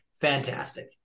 fantastic